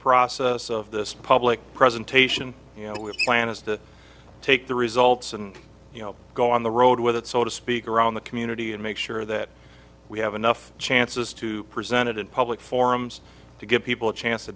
process of this public presentation you know with the plan is to take the results and you know go on the road with it so to speak around the community and make sure that we have enough chances to present it in public forums to give people a chance to